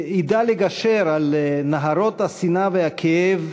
ידע לגשר על נהרות השנאה והכאב